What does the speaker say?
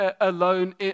alone